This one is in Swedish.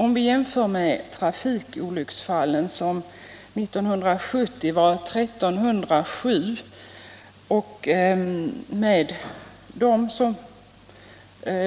Om vi jämför siffran för trafikolycksfall, som 1970 var 1307, med siffran för dem som